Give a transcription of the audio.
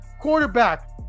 quarterback